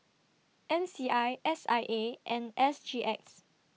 M C I S I A and S G X